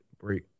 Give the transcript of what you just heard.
break